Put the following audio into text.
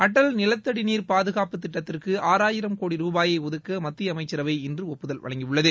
அடல் நிலத்தடி நீர் பாதுகாப்பு திட்டத்திற்கு ஆறாயிரம் கோடி ரூபாயை ஒதுக்க மத்திய அமைச்சரவை இன்று ஒப்புதல் வழங்கியுள்ளது